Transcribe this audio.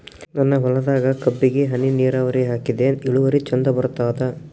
ನನ್ನ ಹೊಲದಾಗ ಕಬ್ಬಿಗಿ ಹನಿ ನಿರಾವರಿಹಾಕಿದೆ ಇಳುವರಿ ಚಂದ ಬರತ್ತಾದ?